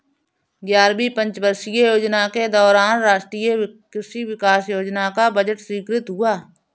ग्यारहवीं पंचवर्षीय योजना के दौरान राष्ट्रीय कृषि विकास योजना का बजट स्वीकृत हुआ